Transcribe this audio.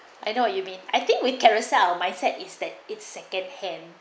I know what you mean I think we'd Carousell mindset is that it's second hand